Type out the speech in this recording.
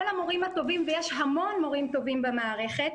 כל המורים הטובים, ויש המון מורים טובים במערכת,